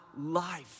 life